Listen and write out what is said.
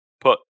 put